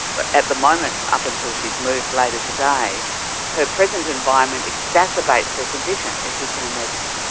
but at the moment, and up until she's moved later today, her present environment exacerbates her condition, as you can imagine.